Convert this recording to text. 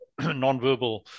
nonverbal